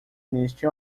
neste